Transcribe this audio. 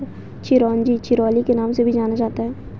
चिरोंजी चिरोली के नाम से भी जाना जाता है